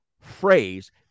phrase